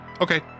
Okay